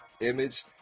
image